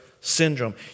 syndrome